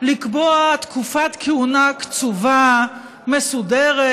לקבוע תקופת כהונה קצובה מסודרת,